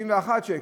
31 שקל,